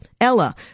Ella